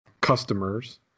customers